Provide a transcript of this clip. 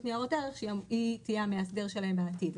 ניירות ערך שהיא תהיה המאסדר שלהם על התיק.